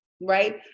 right